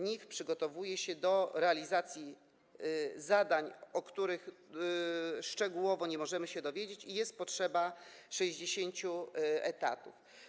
NIW przygotowuje się do realizacji zadań, o których szczegółach nie możemy się dowiedzieć, i potrzeba 60 etatów.